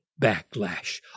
backlash